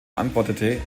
antwortete